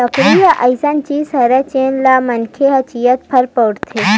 लकड़ी ह अइसन जिनिस हरय जेन ल मनखे ह जियत भर बउरथे